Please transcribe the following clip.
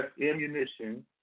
ammunition